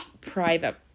private